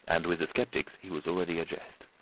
and with the sceptics he was already a jest.